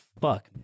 fuck